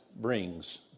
brings